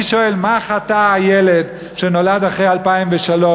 אני שואל, מה חטא הילד שנולד אחרי 2003?